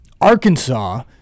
Arkansas